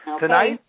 Tonight